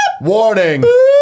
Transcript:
warning